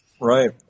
right